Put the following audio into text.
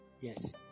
Yes